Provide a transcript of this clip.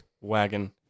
Wagon